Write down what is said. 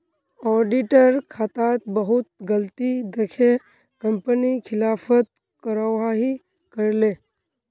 auditor खातात बहुत गलती दखे कंपनी खिलाफत कारवाही करले